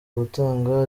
gutanga